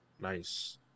Nice